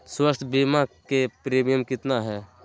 स्वास्थ बीमा के प्रिमियम कितना है?